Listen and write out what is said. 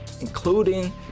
including